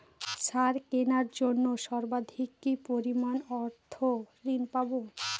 সার কেনার জন্য সর্বাধিক কি পরিমাণ অর্থ ঋণ পাব?